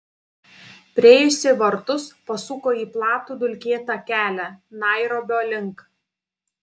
priėjusi vartus pasuko į platų dulkėtą kelią nairobio link